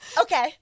Okay